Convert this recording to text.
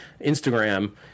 Instagram